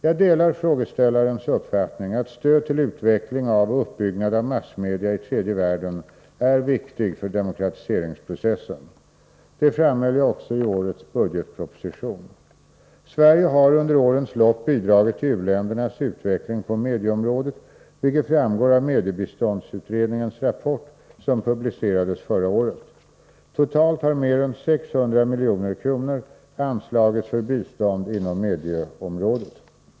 Jag delar frågeställarens uppfattning att stöd till utveckling av och uppbyggnad av massmedia i tredje världen är viktigt för demokratiseringsprocessen. Det framhöll jag också i årets budgetproposition. Sverige har under årens lopp bidragit till u-ländernas utveckling på medieområdet, vilket framgår av mediebiståndsutredningens rapport som publicerades förra året. Totalt har mer än 600 milj.kr. anslagits för bistånd inom medieområdet.